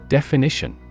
Definition